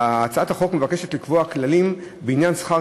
הצעת החוק מבקשת לקבוע כללים בעניין שכר